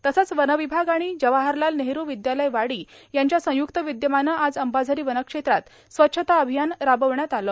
तसंच वनविभाग आणि जवाहरलाल नेहरू विद्यालय वाडी यांच्या संयुक्त विद्यमानं आज अंबाझरी वनक्षेत्रात स्वच्छता अभियान राबविण्यात आलं